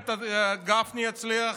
גפני הצליח